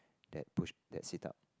that push that sit up